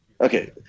Okay